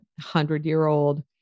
hundred-year-old